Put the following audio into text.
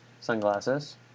sunglasses